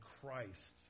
Christ